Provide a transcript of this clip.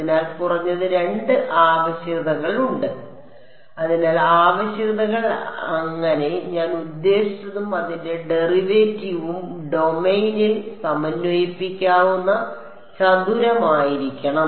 അതിനാൽ കുറഞ്ഞത് രണ്ട് ആവശ്യകതകൾ ഉണ്ട് അതിനാൽ ആവശ്യകതകൾ അങ്ങനെ ഞാൻ ഉദ്ദേശിച്ചതും അതിന്റെ ഡെറിവേറ്റീവും ഡൊമെയ്നിൽ സമന്വയിപ്പിക്കാവുന്ന ചതുരമായിരിക്കണം